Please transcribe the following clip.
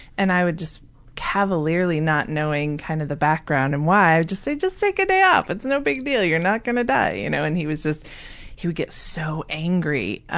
and i would just cavalierly, not knowing kind of the background and why, say, just take a day off. it's no big deal, you're not gonna die, you know? and he was just he would get so angry.